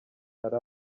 ari